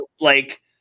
like-